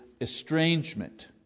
estrangement